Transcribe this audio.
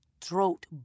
throat